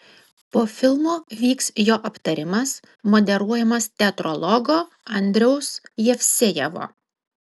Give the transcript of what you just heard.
po filmo vyks jo aptarimas moderuojamas teatrologo andriaus jevsejevo